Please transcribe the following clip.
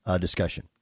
discussion